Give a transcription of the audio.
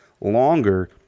longer